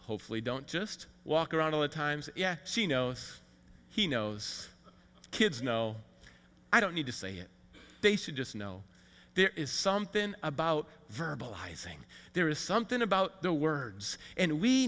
hopefully don't just walk around all the times yeah she knows he knows kids no i don't need to say it they should just know there is somethin about verbalizing there is something about the words and we